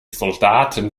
soldaten